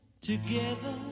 Together